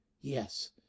Yes